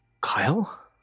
kyle